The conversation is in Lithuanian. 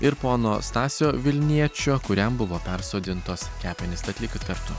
ir pono stasio vilniečio kuriam buvo persodintos kepenys tad likit kartu